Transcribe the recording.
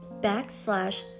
backslash